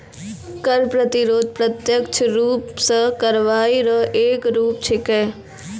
कर प्रतिरोध प्रत्यक्ष रूप सं कार्रवाई रो एक रूप छिकै